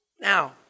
Now